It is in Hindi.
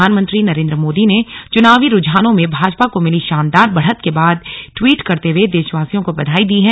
प्रधानमंत्री नरेंद्र मोदी ने चुनावी रूझानों में भाजापा को मिली शानदार बढ़त के बाद ट्वीट करते हुए देशवासियों को बधाई दी है